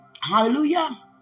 Hallelujah